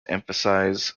emphasise